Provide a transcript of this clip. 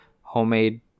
homemade